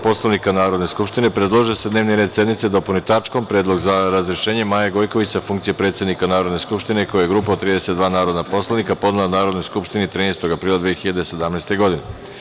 Poslovnika Narodne skupštine, predložio je da se dnevni red sednice dopuni tačkom – Predlog za razrešenje Maje Gojković sa funkcije predsednika Narodne skupštine, koji je grupa od 32 narodna poslanika podnela Narodnoj skupštini 13. aprila 2017. godine.